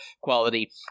quality